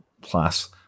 Plus